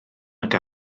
nag